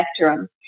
spectrum